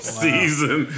season